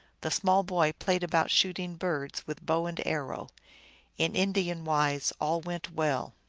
the small boy played about shooting birds with bow and arrow in indian-wise all went well.